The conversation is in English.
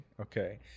Okay